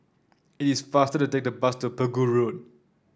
it is faster to take the bus to Pegu Road